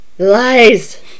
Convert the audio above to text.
lies